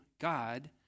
God